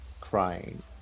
crying